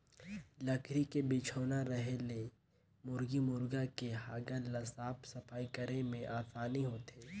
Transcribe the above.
लकरी के बिछौना रहें ले मुरगी मुरगा के हगल ल साफ सफई करे में आसानी होथे